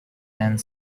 and